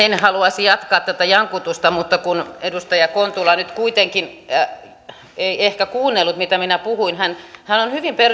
en haluaisi jatkaa tätä jankutusta mutta kun edustaja kontula nyt kuitenkaan ei ehkä kuunnellut mitä minä puhuin hänhän hänhän on hyvin